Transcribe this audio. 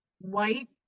white